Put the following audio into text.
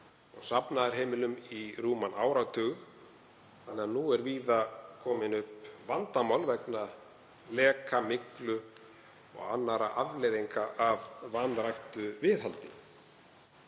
og safnaðarheimilum í rúman áratug þannig að nú eru víða komin upp vandamál vegna leka, myglu og annarra afleiðinga af vanræktu viðhaldi.